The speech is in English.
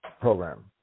program